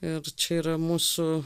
ir čia yra mūsų